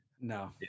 No